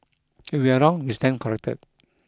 if we are wrong we stand corrected